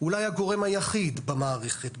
אולי הגורם היחיד במערכת,